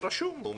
הוא רשום.